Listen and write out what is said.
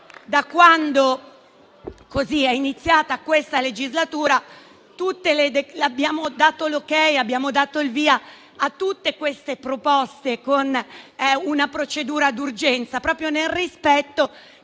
da quando è iniziata questa legislatura abbiamo dato il via libera a tutte le proposte con una procedura d'urgenza proprio nel rispetto